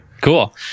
cool